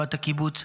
בת הקיבוץ.